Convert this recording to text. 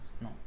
no